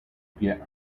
get